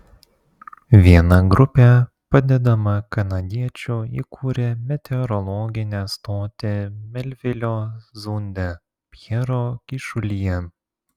viena grupė padedama kanadiečių įkūrė meteorologinę stotį melvilio zunde pjero kyšulyje